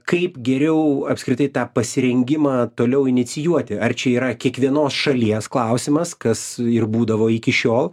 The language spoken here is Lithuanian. kaip geriau apskritai tą pasirengimą toliau inicijuoti ar čia yra kiekvienos šalies klausimas kas ir būdavo iki šiol